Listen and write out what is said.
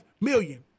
million